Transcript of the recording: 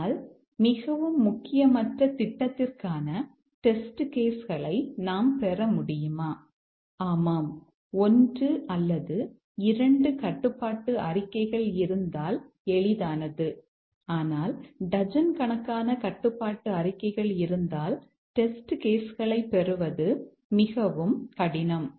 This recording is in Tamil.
ஆனால் மிகவும் முக்கியமற்ற திட்டத்திற்கான டெஸ்ட் கேஸ் களைப் பெறுவது மிகவும் கடினம்